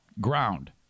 ground